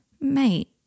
Mate